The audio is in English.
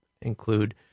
include